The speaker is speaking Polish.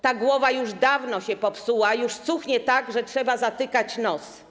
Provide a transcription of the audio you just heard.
Ta głowa już dawno się popsuła, już cuchnie tak, że trzeba zatykać nos.